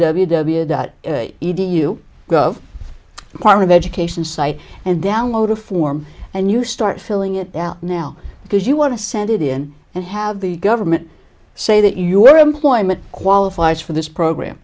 www dot edu go part of education site and download a form and you start filling it out now because you want to send it in and have the government say that your employment qualifies for this program